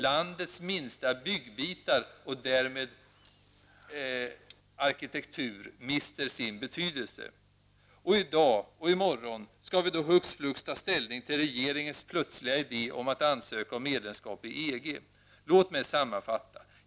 Landets minsta byggbitar och därmed arkitektur mister sin betydelse. I dag och i morgon skall vi hux flux ta ställning till regeringens plötsliga idé om att ansöka om medlemskap i EG. Låt mig sammanfatta.